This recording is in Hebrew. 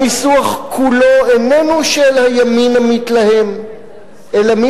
הניסוח כולו איננו של הימין המתלהם אלא של